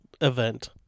event